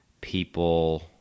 people